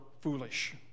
foolish